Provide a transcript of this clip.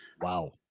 Wow